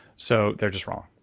so, they're just wrong.